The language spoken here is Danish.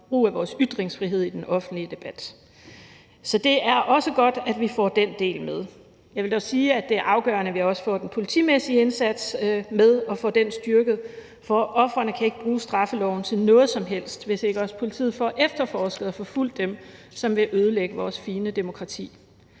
brug af vores ytringsfrihed i den offentlige debat. Så det er også godt, at vi får den del med. Jeg vil dog sige, at det er afgørende, at vi også får den politimæssige indsats med og får den styrket, for ofrene kan ikke bruge straffeloven til noget som helst, hvis ikke også politiet får efterforsket og retsforfulgt dem, som vil ødelægge vores fine demokrati.